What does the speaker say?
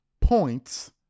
points